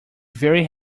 very